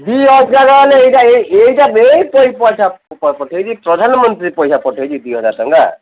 ଦୁଇ ହଜାର ଏଇଟା ଏଇଟା ପଠାଇବି ପ୍ରାଧାନମନ୍ତ୍ରୀ ପଇସା ପଠାଇବି ଦୁଇ ହଜାର ଟଙ୍କା